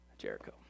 Jericho